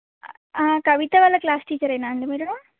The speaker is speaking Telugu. కవిత వాళ్ళ క్లాస్ టీచరేనా అండి మీరు